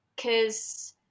cause